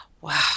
Wow